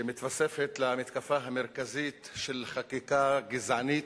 שמתווספת למתקפה המרכזית של חקיקה גזענית,